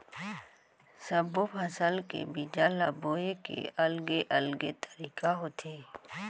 सब्बो फसल के बीजा ल बोए के अलगे अलगे तरीका होथे